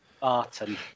Barton